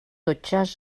тотчас